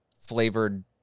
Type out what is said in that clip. flavored